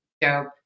dope